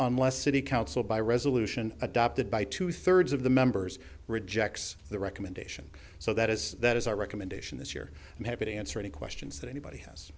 unless city council by resolution adopted by two thirds of the members rejects the recommendation so that is that is our recommendation this year i'm happy to answer any questions that anybody has